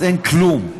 אין כלום.